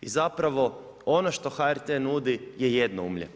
I zapravo ono što HRT nudi je jednoumlje.